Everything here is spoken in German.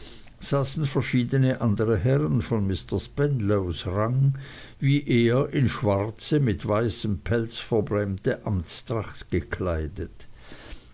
saßen verschiedne andere herren von mr spenlows rang wie er in schwarze mit weißem pelz verbrämte amtstracht gekleidet